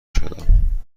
شدم